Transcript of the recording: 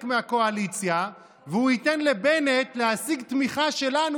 מהקואליציה ושהוא ייתן לבנט להשיג תמיכה שלנו,